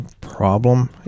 problem